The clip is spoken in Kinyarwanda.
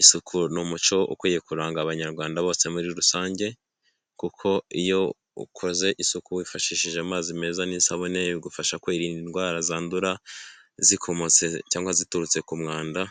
isuku ni umuco ukwiye kuranga abanyarwanda bose muri rusange kuko iyo ukoze isuku wifashishije amazi meza n'isabune bigufasha kwirinda indwara zandura zikomotse cyangwa ziturutse ku mwanda.